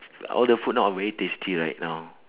all the food not very tasty right now